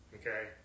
Okay